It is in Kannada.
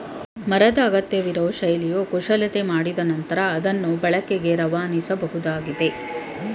ಮರನ ಅಗತ್ಯವಿರೋ ಶೈಲಿಲಿ ಕುಶಲತೆ ಮಾಡಿದ್ ನಂತ್ರ ಅದ್ನ ಬಳಕೆಗೆ ರವಾನಿಸಬೋದಾಗಿದೆ